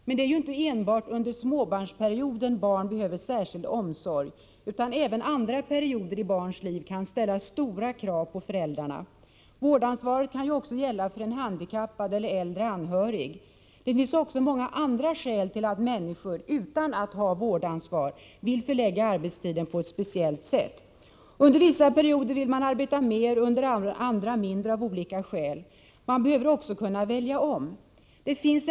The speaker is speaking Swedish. Men det är inte enbart under småbarnsperioden barn kan behöva särskild omsorg, utan även andra perioder i barns liv kan ställa stora krav på föräldrarna. Vårdansvaret kan också gälla för en handikappad eller äldre anhörig. Det finns också många andra skäl till att en människa utan att ha vårdansvar vill förlägga arbetstiden på ett speciellt sätt. Under vissa perioder vill man arbeta mer, under andra mindre, av olika skäl. Man behöver också kunna välja om. Att öka flexibiliteten på arbetsmarknaden är därför viktigt.